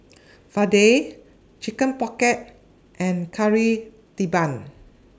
Vadai Chicken Pocket and Kari Debal